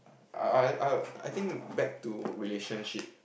I I I think back to relationship